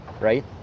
right